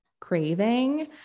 craving